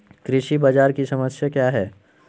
कृषि बाजार की समस्या क्या है?